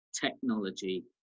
technology